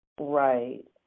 Right